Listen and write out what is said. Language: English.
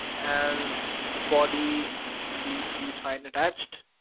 and the body should be please find attached.